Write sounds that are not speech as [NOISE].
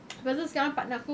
[NOISE] lepas tu sekarang partner aku